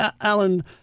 Alan